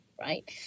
right